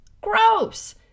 Gross